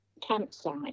campsite